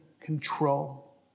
control